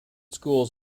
schools